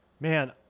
Man